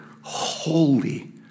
holy